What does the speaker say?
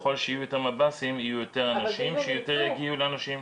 ככל שיהיו יותר מב"סים יהיו יותר אנשים שיגיעו יותר לאנשים.